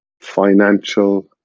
financial